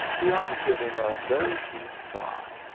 beyond giving a very deep sigh,